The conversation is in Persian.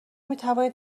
میتوانید